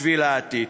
בשביל העתיד.